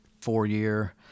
Four-year